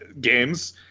games